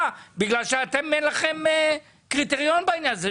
בגלל שלכם אין קריטריון בעניין הזה.